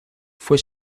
fue